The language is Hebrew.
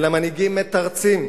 אלא מנהיגים מתרצים,